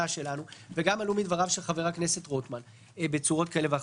שלנו וגם עלו מדבריו של חבר הכנסת רוטמן בצורה כזאת או אחרת.